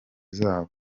zabo